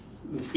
the seat